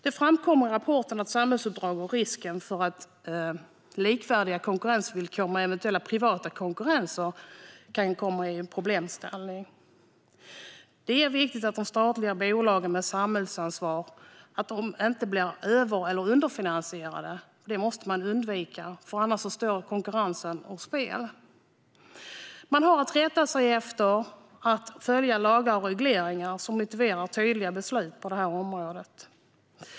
Det framkommer i rapporten att samhällsuppdrag och risken när det gäller likvärdiga konkurrensvillkor med eventuella privata konkurrenter kan komma i problemställning. Det är viktigt att de statliga bolagen med samhällsansvar inte blir över eller underfinansierade. Det måste man undvika. Annars står konkurrensen på spel. Man har att rätta sig efter lagar och regleringar som motiverar tydliga beslut på det här området.